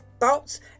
thoughts